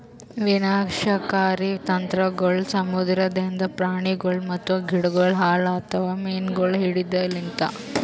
ವಿನಾಶಕಾರಿ ತಂತ್ರಗೊಳ್ ಸಮುದ್ರದಾಂದ್ ಪ್ರಾಣಿಗೊಳ್ ಮತ್ತ ಗಿಡಗೊಳ್ ಹಾಳ್ ಆತವ್ ಮೀನುಗೊಳ್ ಹಿಡೆದ್ ಲಿಂತ್